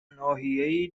ناحیهای